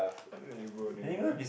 neighbour neighbour